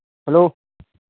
hello